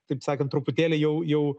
taip sakant truputėlį jau jau